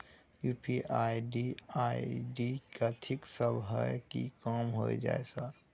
UPI ID कथि सब हय कि काम होय छय सर?